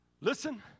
listen